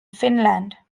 finland